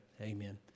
Amen